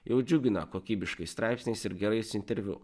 jau džiugina kokybiškais straipsniais ir gerais interviu